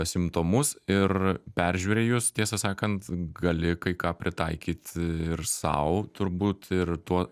simptomus ir peržiūrėjus tiesą sakant gali kai ką pritaikyt ir sau turbūt ir tuo